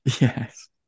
Yes